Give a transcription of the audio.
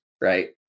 right